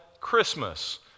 Christmas